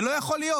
זה לא יכול להיות.